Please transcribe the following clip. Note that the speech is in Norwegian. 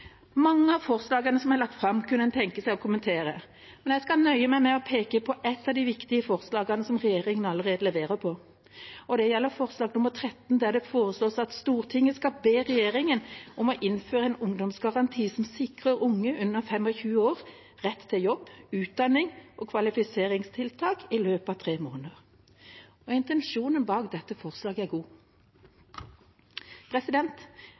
Mange av forslagene som er lagt fram, kunne en tenke seg å kommentere. Men jeg skal nøye meg med å peke på ett av de viktige forslagene som regjeringa allerede leverer på. Det gjelder forslag nr. 13 i representantforslaget, der det foreslås at Stortinget «ber regjeringen innføre en ungdomsgaranti som sikrer alle unge under 25 år rett til jobb, utdanning eller kvalifiseringstiltak i løpet av tre måneder». Intensjonen bak dette forslaget er god.